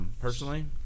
Personally